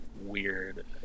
weird